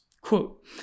quote